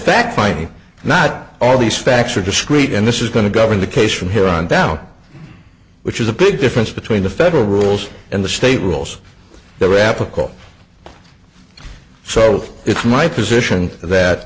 fact finding not all these facts are discrete and this is going to govern the case from here on down which is a big difference between the federal rules and the state rules that are applicable so it's my position that